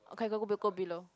okay go go below